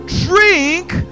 Drink